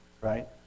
right